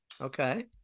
Okay